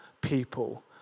people